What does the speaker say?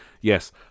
Yes